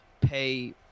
pay